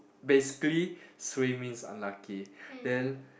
basically suay means unlucky then